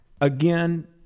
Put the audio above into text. again